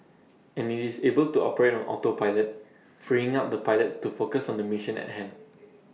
and IT is able to operate on autopilot freeing up the pilots to focus on the mission at hand